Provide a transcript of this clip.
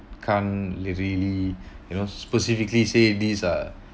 can't literally you know specifically say these are